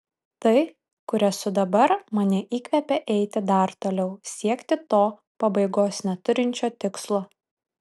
tai kur esu dabar mane įkvepia eiti dar toliau siekti to pabaigos neturinčio tikslo